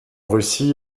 russie